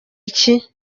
iki